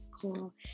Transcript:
Cool